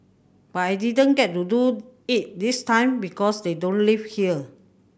but I didn't get to do it this time because they don't live here